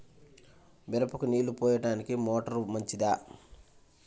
మిరపకు నీళ్ళు పోయడానికి మోటారు మంచిదా?